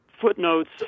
footnotes